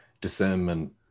discernment